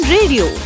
Radio